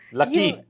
lucky